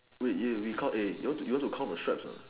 wait you call for the shirt anot